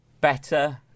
better